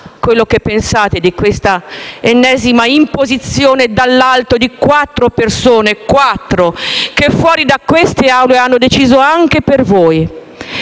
quello che pensate di quest'ennesima imposizione dall'alto di quattro persone che, fuori da queste Aule, hanno deciso anche per voi.